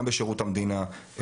גם בשירות המדינה.